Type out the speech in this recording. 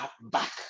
back